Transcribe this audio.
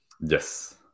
Yes